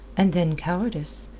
and then cowardice.